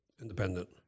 independent